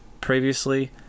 previously